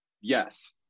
yes